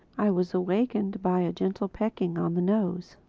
i was awakened by a gentle pecking on the nose.